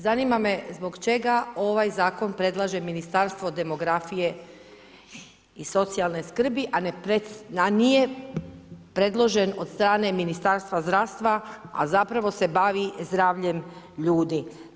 Zanima me zbog čega ovaj Zakon predlaže Ministarstvo demografije i socijalne skrbi, a nije predložen od strane Ministarstva zdravstva, a zapravo se bavi zdravljem ljudi.